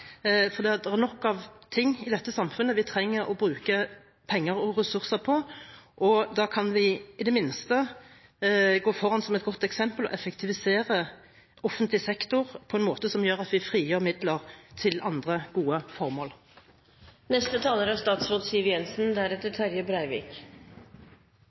for det er nok av ting i dette samfunnet vi trenger å bruke penger og ressurser på. Da kan vi i det minste gå foran som et godt eksempel og effektivisere offentlig sektor på en måte som gjør at vi frigjør midler til andre gode formål. La meg først oppklare noen åpenbare feil. Det er